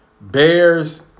Bears